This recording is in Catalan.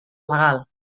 legal